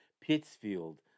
Pittsfield